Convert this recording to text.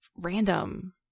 random